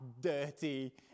dirty